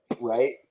Right